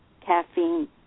caffeine